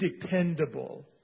dependable